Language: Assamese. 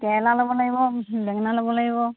কেৰেলা ল'ব লাগিব বেঙেনা ল'ব লাগিব